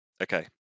Okay